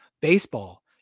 baseball